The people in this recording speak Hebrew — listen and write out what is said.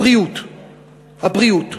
הבריאות,